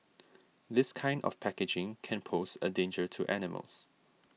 this kind of packaging can pose a danger to animals